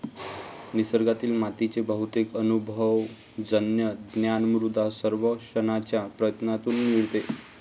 निसर्गातील मातीचे बहुतेक अनुभवजन्य ज्ञान मृदा सर्वेक्षणाच्या प्रयत्नांतून मिळते